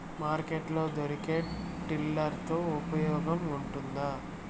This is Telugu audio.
మార్కెట్ లో దొరికే టిల్లర్ తో ఉపయోగం ఉంటుందా?